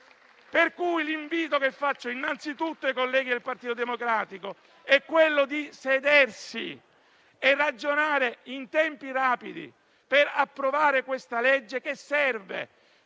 L'invito che rivolgo innanzitutto ai colleghi del Partito Democratico è quello di sedersi e ragionare in tempi rapidi per approvare questo disegno di legge,